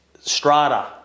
strata